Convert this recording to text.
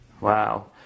Wow